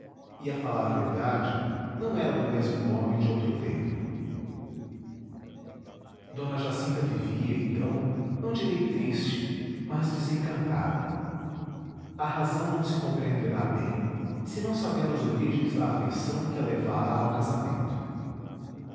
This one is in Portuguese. a falar verdade não era do mesmo homem de outro tempo d jacinta vivia então não direi triste mas desencantada a razão não se compreenderá bem senão sabendo as origens da afeição que a levara ao casamento